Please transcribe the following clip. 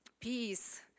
peace